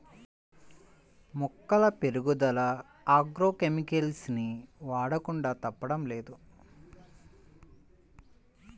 మొక్కల పెరుగుదల agro chemicals ని వాడకుండా తప్పడం లేదు